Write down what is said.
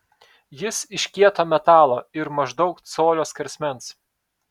jis iš kieto metalo ir maždaug colio skersmens